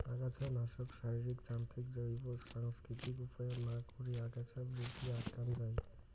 আগাছানাশক, শারীরিক, যান্ত্রিক, জৈব, সাংস্কৃতিক উপায়ত না করি আগাছা বৃদ্ধি আটকান যাই